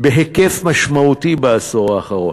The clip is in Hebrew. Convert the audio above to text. בהיקף משמעותי בעשור האחרון.